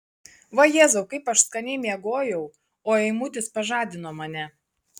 vajezau kaip aš skaniai miegojau o eimutis pažadino mane